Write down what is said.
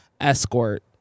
escort